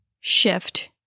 shift